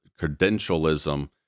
credentialism